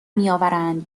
میآورند